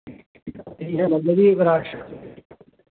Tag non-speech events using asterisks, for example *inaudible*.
*unintelligible*